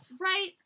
Right